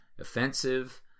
offensive